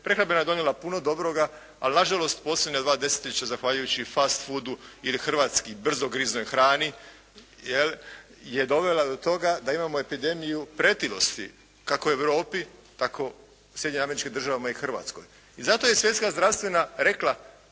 Prehrambena je donijela puno dobroga ali nažalost posljednja dva desetljeća zahvaljujući fast foodu ili hrvatski brzogriznoj hrani je dovela do toga da imamo epidemiju pretilosti kako u Europi tako u Sjedinjenim Američkim Državama i Hrvatskoj. I zato je Svjetska zdravstvena rekla